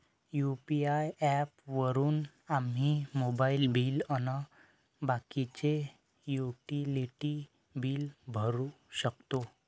UPI app वापरून आम्ही mobile bill अन बाकीचे युटिलिटी बिल भरू शकतो